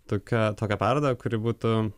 tokią tokią parodą kuri būtų